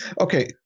okay